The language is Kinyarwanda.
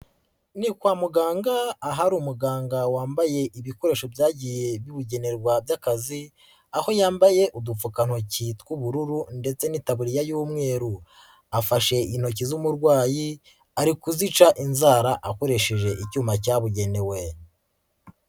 Ni kwa muganga ahari umuganga wambaye ibikoresho byagiye bibugenerwa by'akazi, aho yambaye udupfukantoki tw'ubururu ndetse n'itaburiya y'umweru, afashe intoki z'umurwayi ari kuzica inzara akoresheje icyuma cyabugenewe.